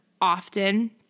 often